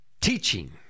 teaching